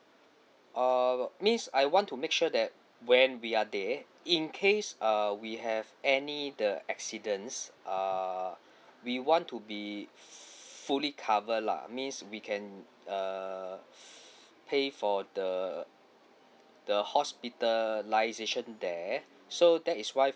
uh means I want to make sure that when we are there in case uh we have any the accidents uh we want to be fully cover lah means we can err pay for the the hospitalisation there so that is why